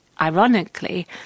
ironically